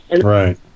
Right